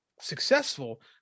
successful